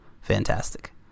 Fantastic